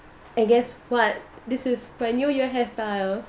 and guess what this is my new year hairstyle